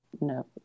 no